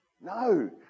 No